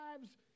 lives